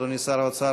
אדוני שר האוצר,